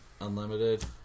Unlimited